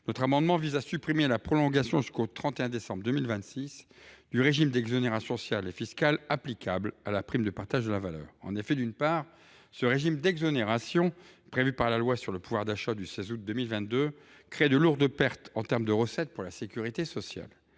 Notre amendement vise à supprimer la prolongation jusqu’au 31 décembre 2026 du régime d’exonérations sociales et fiscales applicable à la prime de partage de la valeur. En effet, d’une part, ce régime d’exonération prévu par la loi du 16 août 2022 pour la protection du pouvoir d’achat crée de lourdes pertes en termes de recettes pour la sécurité sociale.